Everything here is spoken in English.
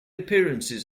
appearances